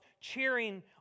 cheering